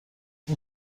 اون